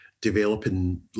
developing